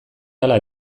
hala